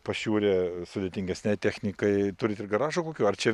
pašiūrė sudėtingesniai technikai turit ir garažo kokiu ar čia